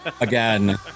Again